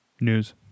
News